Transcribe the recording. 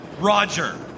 Roger